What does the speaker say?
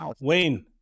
Wayne